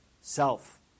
self